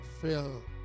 fill